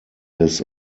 des